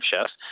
chefs